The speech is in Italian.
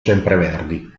sempreverdi